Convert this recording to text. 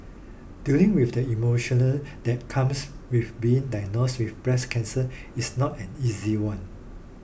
dealing with the emotion that comes with being diagnosed with breast cancer is not an easy one